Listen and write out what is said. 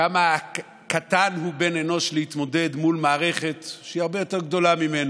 כמה קטן הוא בן האנוש להתמודד מול מערכת שהיא הרבה יותר גדולה ממנו.